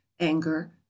anger